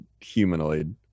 humanoid